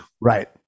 right